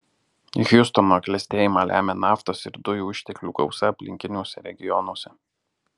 hjustono klestėjimą lemia naftos ir dujų išteklių gausa aplinkiniuose regionuose